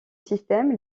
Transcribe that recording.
système